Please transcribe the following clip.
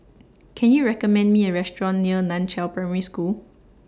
Can YOU recommend Me A Restaurant near NAN Chiau Primary School